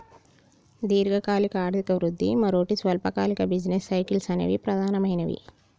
దీర్ఘకాలిక ఆర్థిక వృద్ధి, మరోటి స్వల్పకాలిక బిజినెస్ సైకిల్స్ అనేవి ప్రధానమైనవి